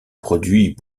produit